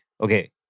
Okay